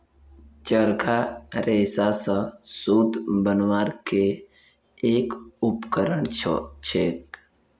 चरखा रेशा स सूत बनवार के एक उपकरण छेक